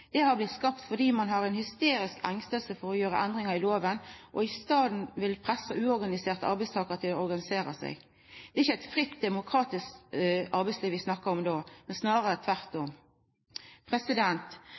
Det har blitt skapt fordi ein har ein hysterisk angst for å gjera endringar i lova, og i staden vil pressa uorganiserte arbeidstakarar til å organisera seg. Det er ikkje eit fritt demokratisk arbeidsliv vi snakkar om då, snarare tvert